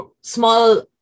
small